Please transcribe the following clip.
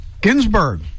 Ginsburg